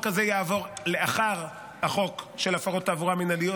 הזה יעבור לאחר החוק של הפרות תעבורה מינהליות,